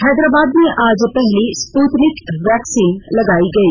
हैदराबाद में आज पहली स्पूतनिक वैक्सीन लगाई गई